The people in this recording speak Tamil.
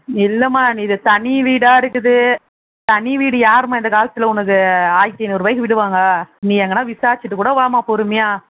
இல்லைம்மா இது தனி வீடாக இருக்குது தனி வீடு யாரும்மா இந்த காலத்தில் உனக்கு ஆயிரத்தி ஐநூறுவாக்கு விடுவாங்க நீ எங்கேனா விசாரிச்சுட்டு கூட வாம்மா பொறுமையாக